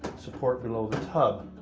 support below the tub.